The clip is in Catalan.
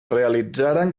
realitzaren